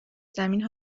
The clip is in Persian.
زمین